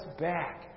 back